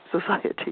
society